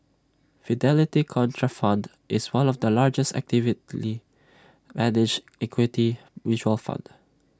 Fidelity Contrafund is one of the largest actively managed equity mutual fund